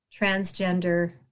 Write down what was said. transgender